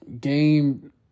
game